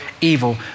evil